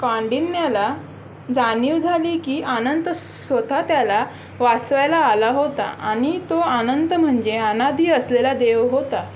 कांडिन्यला जाणीव झाली की आनंत स्वतः त्याला वाचवायला आला होता आणि तो आनंत म्हणजे अनादि असलेला देव होता